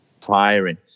firing